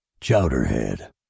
Chowderhead